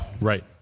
Right